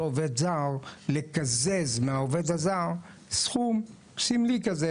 עובד זר לקזז מהעובד הזר סכום סמלי כזה,